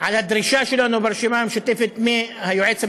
שלנו ברשימה המשותפת מהיועץ המשפטי,